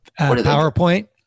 PowerPoint